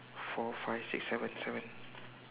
four five six seven seven